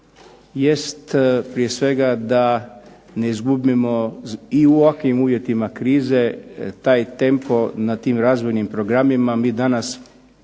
jest prije svega da ne izgubimo ni u ovakvim uvjetima krize taj tempo na tim razvojnim programima. Mi danas